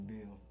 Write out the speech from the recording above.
Bill